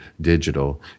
digital